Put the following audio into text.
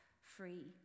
free